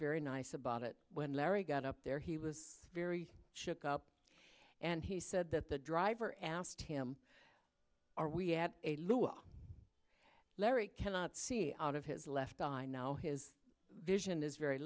very nice about it when larry got up there he was very shook up and he said that the driver asked him are we at a lua larry cannot see out of his left eye now his vision is very